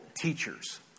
teachers